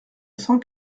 cent